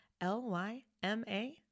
L-Y-M-A